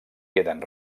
queden